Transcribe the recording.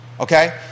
Okay